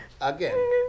again